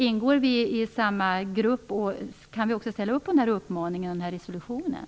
Ingår vi i samma grupp? Kan vi ställa upp på den uppmaningen och den här resolutionen?